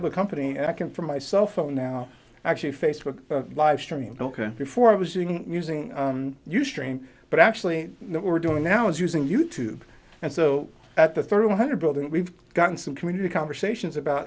other company i can from my cellphone now actually facebook live stream ok before i was using you stream but actually we're doing now is using you tube and so at the through one hundred building we've gotten some community conversations about